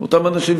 אותם אנשים,